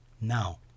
Now